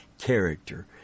character